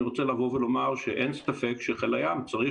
אני רוצה לבוא ולומר שאין ספק שחיל הים צריך